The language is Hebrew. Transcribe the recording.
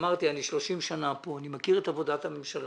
אני כאן שלושים שנה ואני מכיר את עבודת הממשלה.